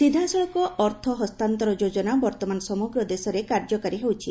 ସିଧାସଳଖ ଅର୍ଥ ହସ୍ତାନ୍ତର ଯୋଜନା ବର୍ତ୍ତମାନ ସମଗ୍ର ଦେଶରେ କାର୍ଯ୍ୟକାରୀ ହେଉଛି